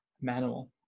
manual